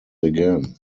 again